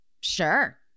Sure